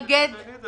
זה